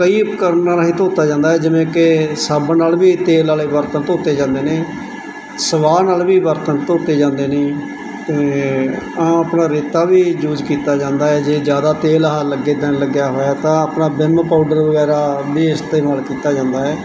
ਕਈ ਉਪਕਰਨਾਂ ਰਾਹੀਂ ਧੋਤਾ ਜਾਂਦਾ ਹੈ ਜਿਵੇਂ ਕਿ ਸਾਬਣ ਨਾਲ ਵੀ ਤੇਲ ਵਾਲੇ ਧੋਤੇ ਜਾਂਦੇ ਨੇ ਸਵਾਹ ਨਾਲ ਵੀ ਬਰਤਨ ਧੋਤੇ ਜਾਂਦੇ ਨੇ ਅਤੇ ਆਹ ਆਪਣਾ ਰੇਤਾ ਵੀ ਯੂਜ ਕੀਤਾ ਜਾਂਦਾ ਹੈ ਜੇ ਜ਼ਿਆਦਾ ਤੇਲ ਹਾਂ ਲੱਗੇ ਤਾਂ ਲੱਗਿਆ ਹੋਇਆ ਤਾਂ ਆਪਣਾ ਵਿਮ ਪਾਊਡਰ ਵਗੈਰਾ ਵੀ ਇਸਤੇਮਾਲ ਕੀਤਾ ਜਾਂਦਾ ਹੈ